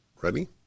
Ready